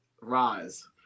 rise